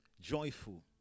Joyful